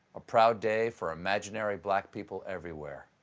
a proud day for imaginary black people everywhere.